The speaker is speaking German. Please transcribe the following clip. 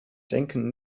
denken